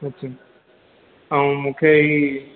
अच्छा ऐं मूंखे ई